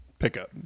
Pickup